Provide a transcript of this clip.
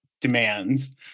demands